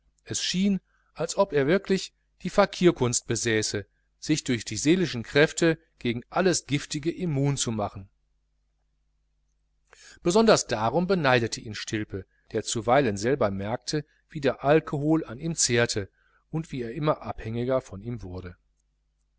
es schien als ob er wirklich die fakirkunst besäße sich durch seelische kräfte gegen alles giftige immun zu machen besonders darum beneidete ihn stilpe der zuweilen selber merkte wie der alkohol an ihm zehrte und wie er immer abhängiger von ihm wurde